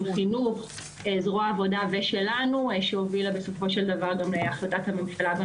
אני חושב שזה עוול לקחת סקטור שלם שפשוט לא ייהנה מהדבר הזה.